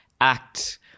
act